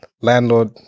landlord